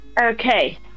Okay